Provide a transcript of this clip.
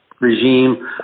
regime